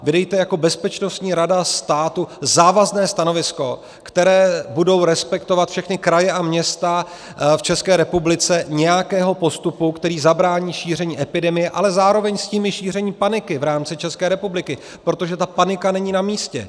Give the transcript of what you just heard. Vydejte jako Bezpečnostní rada státu závazné stanovisko, které budou respektovat všechny kraje a města v České republice, nějakého postupu, který zabrání šíření epidemie, ale zároveň s tím i šíření paniky v rámci České republiky, protože ta panika není namístě.